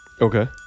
Okay